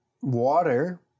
water